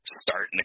starting